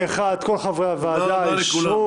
הצבעה בעד הבקשה פה אחד נגד, אין נמנעים,